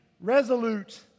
resolute